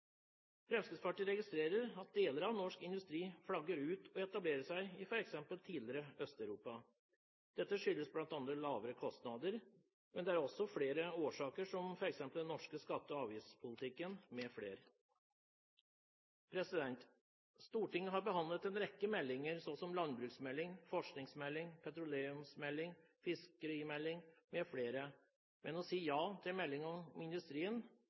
Fremskrittspartiet registrerer at deler av norsk industri flagger ut og etablerer seg f.eks. i tidligere Øst-Europa. Dette skyldes bl.a. lavere kostnader, men det er også flere årsaker, som f.eks. den norske skatte- og avgiftspolitikken. Stortinget har behandlet en rekke meldinger, som landbruksmelding, forskningsmelding, petroleumsmelding, fiskerimelding mfl., men en melding om industriens rammebetingelser sier vi nei til.